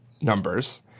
numbers